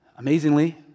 Amazingly